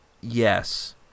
yes